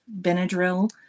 Benadryl